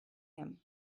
him